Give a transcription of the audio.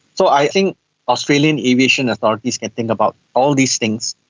so i think australian aviation authorities can think about all these things,